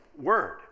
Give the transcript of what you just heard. word